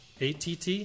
ATT